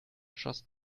just